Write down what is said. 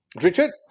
Richard